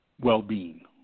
well-being